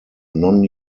non